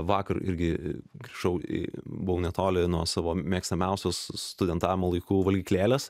vakar irgi grįžau į buvau netoli nuo savo mėgstamiausios studentavimo laikų valgyklėlės